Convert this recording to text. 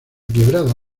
quebrada